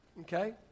okay